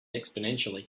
exponentially